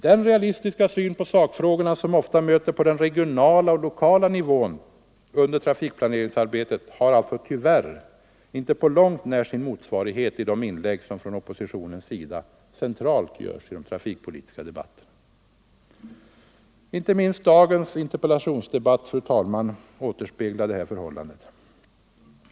Den realistiska syn på sakfrågorna som ofta möter på den regionala och lokala nivån under trafikplaneringsarbetet har alltså tyvärr inte på långt när sin motsvarighet i de inlägg från oppositionens sida som görs i de trafikpolitiska debatterna centralt. Inte minst dagens interpellationsdebatt återspeglar detta förhållande.